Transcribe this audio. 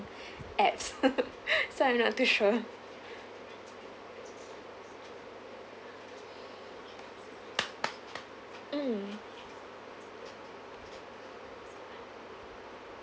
apps so I'm not too sure mm